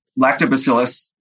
lactobacillus